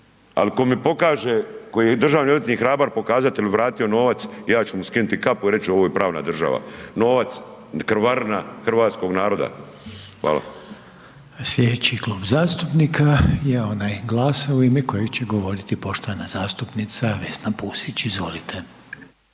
al ako mi pokaže, koji je državni odvjetnik hrabar pokazat jel vratio novac ja ću mu skinuti kapu i reći ću ovo je pravna država. Novac, krvarina hrvatskog naroda. Hvala. **Reiner, Željko (HDZ)** Slijedeći klub zastupnika je onaj GLAS-a u ime kojeg će govoriti poštovana zastupnica Vesna Pusić. Izvolite.